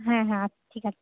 হ্যাঁ হ্যাঁ আচ্ছা ঠিক আছে